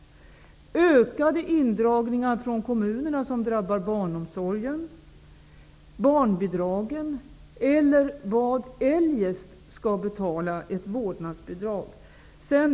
Blir det ökade indragningar från kommunerna vilka drabbar barnomsorgen och barnbidragen, eller vad skall eljest betala ett vårdnadsbidrag?